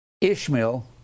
Ishmael